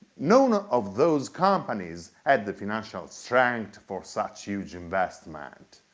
none of those companies had the financial strength for such huge investment.